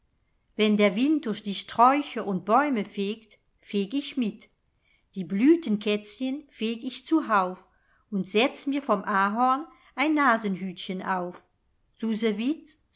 wenn der wind durch die sträucher und bäume fegt feg ich mit die blütenkätzchen feg ich zu hauf und setz mir vom ahorn ein nasenhütchen auf